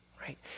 right